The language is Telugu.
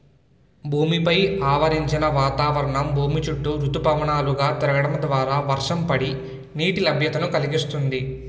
భూమి పైన ఆవరించిన వాతావరణం భూమి చుట్టూ ఋతుపవనాలు గా తిరగడం ద్వారా వర్షాలు పడి, నీటి లభ్యతను కలిగిస్తుంది